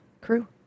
crew